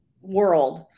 world